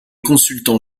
consultant